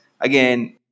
again